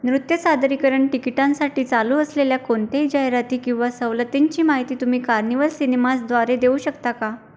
नृत्य सादरीकरण टिकिटांसाठी चालू असलेल्या कोणत्याही जाहिराती किंवा सवलतींची माहिती तुम्ही कार्निवल सिनेमाजद्वारे देऊ शकता का